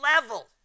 level